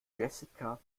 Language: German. jessica